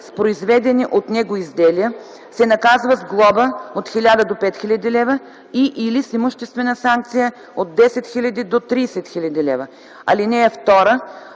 с произведени от него изделия, се наказва с глоба от 1000 до 5000 лв. и/или с имуществена санкция от 10 000 до 30 000 лв. (2) При